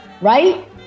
right